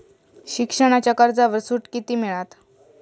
शिक्षणाच्या कर्जावर सूट किती मिळात?